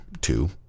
Two